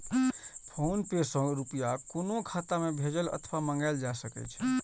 PhonePe सं रुपया कोनो खाता मे भेजल अथवा मंगाएल जा सकै छै